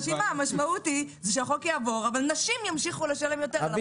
המשמעות היא שהחוק יעבור אבל נשים ימשיכו לשלם יותר על המוצרים.